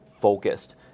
focused